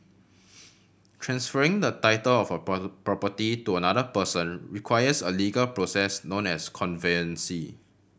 transferring the title of a property to another person requires a legal process known as conveyance